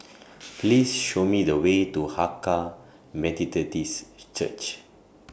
Please Show Me The Way to Hakka Methodist Church